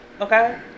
okay